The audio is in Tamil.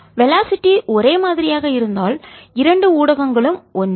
வெலாசிட்டிதிசைவேகங்கள் ஒரே மாதிரியாக இருந்தால் இரண்டு ஊடகங்களும் ஒன்றே